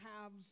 halves